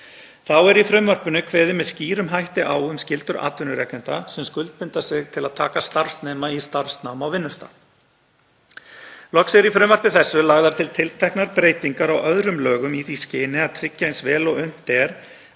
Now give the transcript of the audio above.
Þá er í frumvarpinu kveðið með skýrum hætti á um skyldur atvinnurekenda sem skuldbinda sig til að taka starfsnema í starfsnám á vinnustað. Loks er í frumvarpi þessu lagðar til tilteknar breytingar á öðrum lögum í því skyni að tryggja eins vel og unnt að